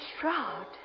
shroud